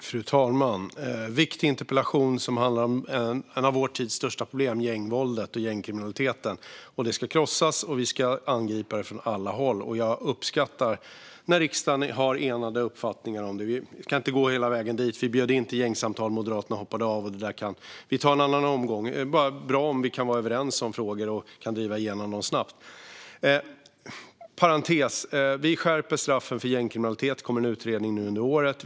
Fru talman! En viktig interpellation som handlar om ett av vår tids största problem, gängvåldet och gängkriminaliteten. Det ska krossas, och vi ska angripa det från alla håll. Jag uppskattar när riksdagen är enig om uppfattningar. Jag ska inte gå hela vägen dit, men vi bjöd in till gängsamtal. Moderaterna hoppade av, men det kan vi ta en annan gång. Det är bara bra om vi kan vara överens om frågor och driva igenom dem snabbt. En parentes: Vi skärper straffen för gängkriminalitet. Det kommer en utredning nu under året.